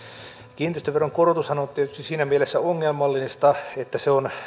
kiinteistöveron korotushan on on tietysti siinä mielessä ongelmallista että se on